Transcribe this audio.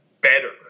better